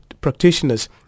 practitioners